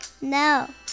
No